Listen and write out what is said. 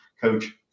coach